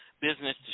business